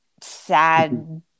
sad